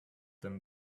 them